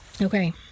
Okay